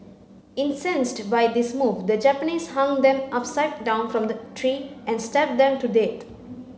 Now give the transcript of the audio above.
incensed by this move the Japanese hung them upside down from the tree and stabbed them to dead